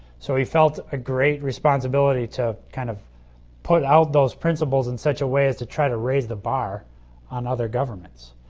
so, he felt a great responsibility to kind of put out those principals in such a way as to try to raise the bar on other governments.